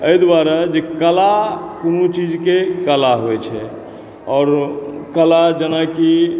एहि दुआरे जे कला कोनो चीजके कला होयत छै आओर कला जेनाकि